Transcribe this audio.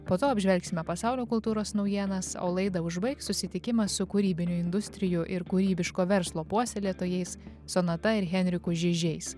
po to apžvelgsime pasaulio kultūros naujienas o laidą užbaigs susitikimas su kūrybinių industrijų ir kūrybiško verslo puoselėtojais sonata ir henriku žižiais